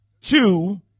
Two